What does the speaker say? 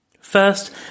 First